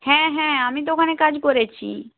হ্যাঁ হ্যাঁ আমি তো ওখানে কাজ করেছি